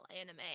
anime